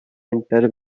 entire